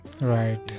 right